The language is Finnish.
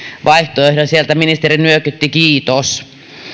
vaihtoehdon sieltä ministeri nyökytti kiitos